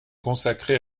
consacrée